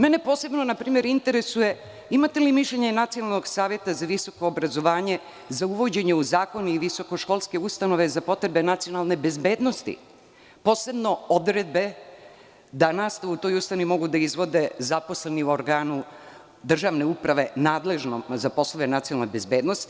Mene posebno, na primer, interesuje imate li mišljenje Nacionalnog saveta za visoko obrazovanje za uvođenje u zakon i visokoškolske ustanove za potrebe nacionalne bezbednosti, posebno odredbe da nastavu u toj ustanovi mogu da izvode zaposleni u organu državne uprave, nadležnom za poslove nacionalne bezbednosti?